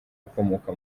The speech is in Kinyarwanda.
ukomoka